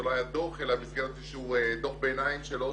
זה לא היה דוח אלא במסגרת איזשהו דוח ביניים שלו,